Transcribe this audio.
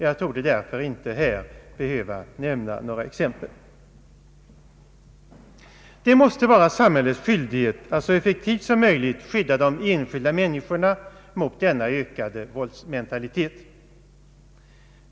Jag torde därför inte här behöva nämna några exempel. Det måste vara samhällets skyldighet att så effektivt som möjligt skydda de enskilda människorna mot denna ökade våldsmentalitet.